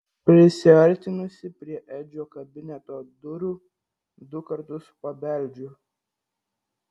prisiartinusi prie edžio kabineto durų du kartus pabeldžiu